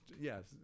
yes